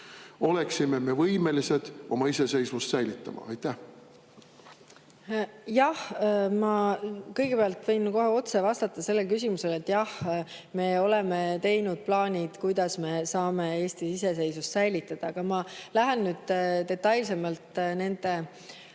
oleksime me võimelised oma iseseisvuse säilitama? Jah. Kõigepealt ma võin kohe otse vastata sellele küsimusele: jah, me oleme teinud plaanid, kuidas me saame Eesti iseseisvuse säilitada. Aga ma lähen nüüd detailsemalt nende teemade